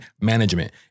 management